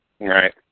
Right